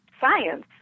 science